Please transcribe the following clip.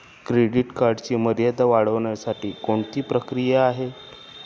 Credit कार्डची मर्यादा वाढवण्यासाठी कोणती प्रक्रिया आहे?